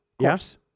Yes